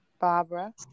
Barbara